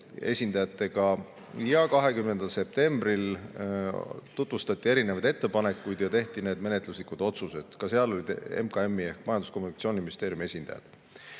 esindajatega ja 20. septembril tutvustati erinevaid ettepanekuid ja tehti menetluslikud otsused, ka seal olid Majandus- ja Kommunikatsiooniministeeriumi esindajad.